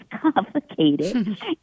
complicated